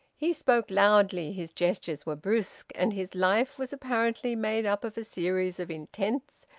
he spoke loudly, his gestures were brusque, and his life was apparently made up of a series of intense,